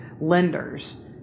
lenders